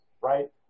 right